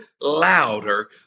louder